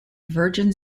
virgin